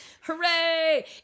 Hooray